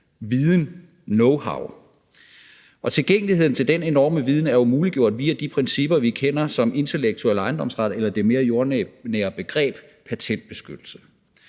viden, knowhow. Tilgængeligheden til den enorme viden er jo muliggjort via de principper, vi kender som intellektuel ejendomsret eller det mere jordnære begreb patentbeskyttelse.